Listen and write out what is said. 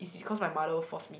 is cause my mother force me